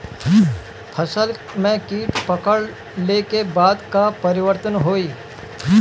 फसल में कीट पकड़ ले के बाद का परिवर्तन होई?